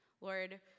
Lord